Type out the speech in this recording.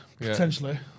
potentially